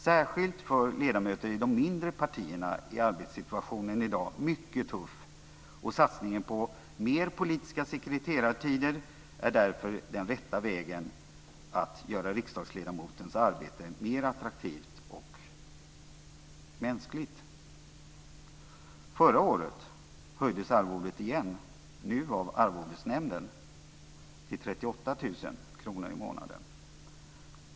Särskilt för ledamöter i de mindre partierna är arbetssituationen i dag mycket tuff, och satsningen på mer politiska sekreterartider är därför den rätta vägen att göra riksdagsledamotens arbete mer attraktivt och mänskligt. Förra året höjdes arvodet igen - den här gången av Arvodesnämnden - till 38 000 kr i månaden.